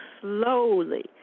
slowly